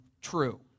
true